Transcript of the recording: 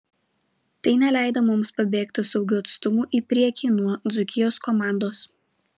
tai neleido mums pabėgti saugiu atstumu į priekį nuo dzūkijos komandos